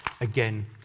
again